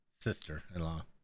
sister-in-law